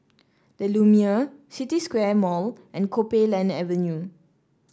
the Lumiere City Square Mall and Copeland Avenue